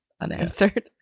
unanswered